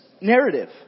narrative